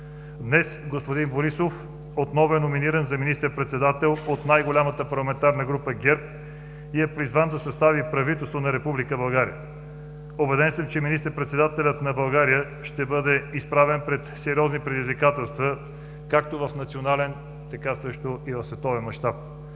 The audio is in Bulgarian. Днес господин Борисов отново е номиниран за министър-председател от най-голямата парламентарна група ГЕРБ и е призван да състави правителство на Република България. Убеден съм, че министър-председателят на България ще бъде изправен пред сериозни предизвикателства както в национален, така също и в световен мащаб.